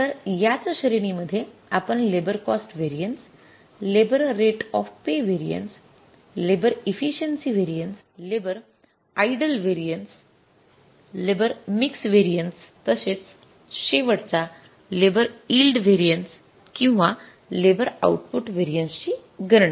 तर याच श्रेणी मध्ये आपण labour cost variance labour rate of pay variance labour efficiency variance labour idle variance labour mix variance तसेच शेवटचा लेबर यील्ड व्हेरिएन्स किंवा लेबर आउटपुट व्हेरिएन्स ची गणना करू शकतो